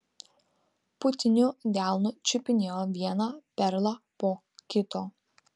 putniu delnu čiupinėjo vieną perlą po kito